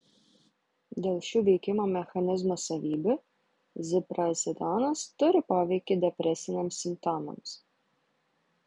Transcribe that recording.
dėl šių veikimo mechanizmo savybių ziprazidonas turi poveikį depresiniams simptomams